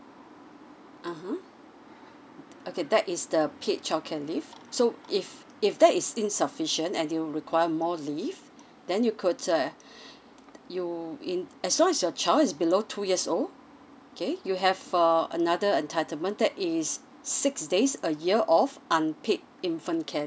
a'ah okay that is the paid childcare leave so if if that is insufficient and you require more leave then you could uh you in~ as long as your child is below two years old okay you have uh another entitlement that is six days a year of unpaid infant care